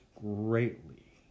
greatly